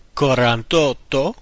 quarantotto